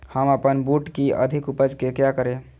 हम अपन बूट की अधिक उपज के क्या करे?